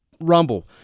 Rumble